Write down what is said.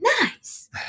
nice